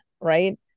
right